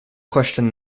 question